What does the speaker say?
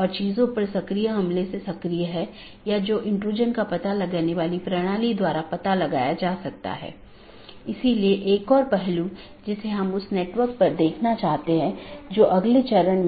इसका मतलब है कि सभी BGP सक्षम डिवाइस जिन्हें BGP राउटर या BGP डिवाइस भी कहा जाता है एक मानक का पालन करते हैं जो पैकेट को रूट करने